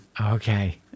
Okay